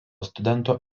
studentų